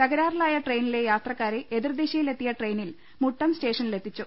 തകരാറിലായ ട്രെയിനിലെ യാത്ര ക്കാരെ എതിർദിശയിലെത്തിയ ട്രെയിനിൽ മുട്ടം സ്റ്റേഷ നിലെത്തിച്ചു